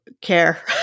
care